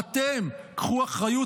אתם, קחו אחריות.